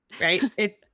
right